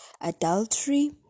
adultery